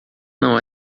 não